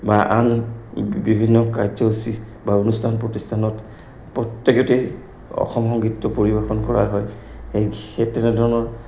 বা আন বিভিন্ন কাৰ্যসূচী বা অনুষ্ঠান প্ৰতিষ্ঠানত প্ৰত্যেকতেই অসম সংগীতটো পৰিৱেশন কৰা হয় সেই তেনেধৰণৰ